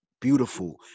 beautiful